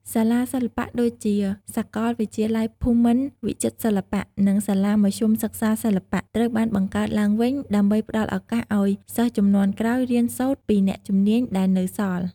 សាលាសិល្បៈដូចជា សាកលវិទ្យាល័យភូមិន្ទវិចិត្រសិល្បៈ និងសាលាមធ្យមសិក្សាសិល្បៈ ត្រូវបានបង្កើតឡើងវិញ ដើម្បីផ្តល់ឱកាសឱ្យសិស្សជំនាន់ក្រោយរៀនសូត្រពីអ្នកជំនាញដែលនៅសល់។